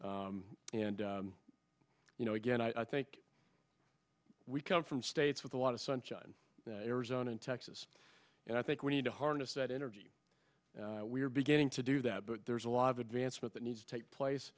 and you know again i think we come from states with a lot of sunshine arizona and texas and i think we need to harness that energy we're beginning to do that but there's a lot of advancement that needs to take place